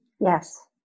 Yes